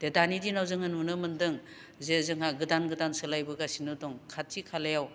दे दानि दिनाव जोङो नुनो मोन्दों जे जोंहा गोदान गोदान सोलायबोगासिनो दं खाथि खालायाव